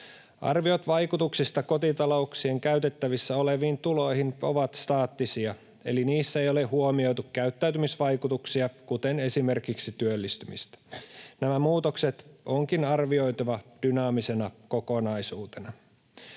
Arviot vaikutuksista kotitalouksien käytettävissä oleviin tuloihin ovat staattisia, eli niissä ei ole huomioitu käyttäytymisvaikutuksia, kuten esimerkiksi työllistymistä. Nämä muutokset onkin arvioitava dynaamisena kokonaisuutena.